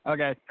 Okay